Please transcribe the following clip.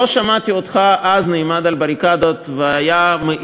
לא שמעתי אותך אז נעמד על בריקדות ומעיר